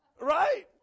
Right